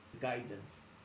guidance